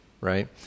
right